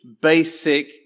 basic